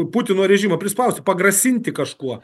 putino režimą prispausti pagrasinti kažkuo